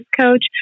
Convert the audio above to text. coach